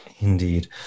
Indeed